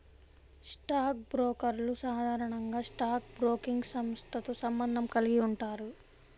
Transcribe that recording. stock బ్రోకర్లు సాధారణంగా stock broking సంస్థతో సంబంధం కలిగి ఉంటారు